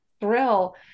thrill